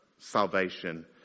salvation